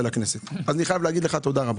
הכנסת אז אני חייב להגיד לך תודה רבה.